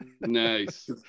Nice